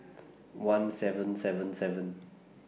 one seven seven seven